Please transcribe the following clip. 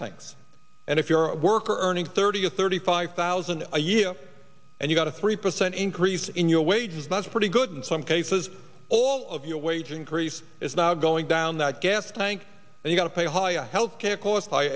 tanks and if you're a worker earning thirty or thirty five thousand a year and you got a three percent increase in your wages but it's pretty good in some cases all of your wage increase is not going down that gas tank and you got to pay high health care costs